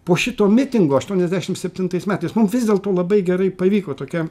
po šito mitingo aštuoniasdešim septintais metais mum vis dėlto labai gerai pavyko tokia